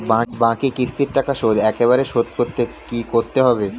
বাকি কিস্তির টাকা শোধ একবারে শোধ করতে কি করতে হবে?